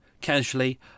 casually